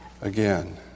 again